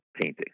painting